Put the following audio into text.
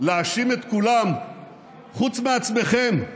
להאשים את כולם חוץ מעצמכם.